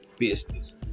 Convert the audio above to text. Business